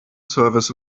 service